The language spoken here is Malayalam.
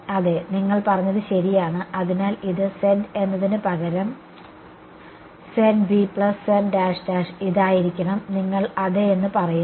അതെ നിങ്ങൾ പറഞ്ഞത് ശരിയാണ് അതിനാൽ ഇത് z എന്നതിന് പകരം ഇതായിരിക്കണം നിങ്ങൾ അതെ എന്ന് പറയുന്നു